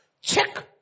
Check